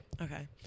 Okay